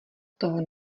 toho